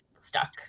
stuck